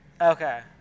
Okay